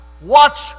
watch